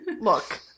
look